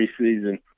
preseason